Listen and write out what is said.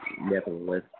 nevertheless